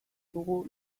dugu